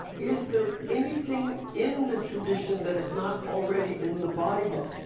is there anything in the tradition that is not already in the bible.